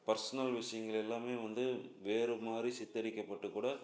personal விஷயங்கள எல்லாமே வந்து வேறு மாதிரி சித்தரிக்கப்பட்டுக்கூட